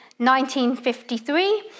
1953